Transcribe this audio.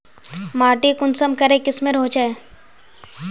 माटी कुंसम करे किस्मेर होचए?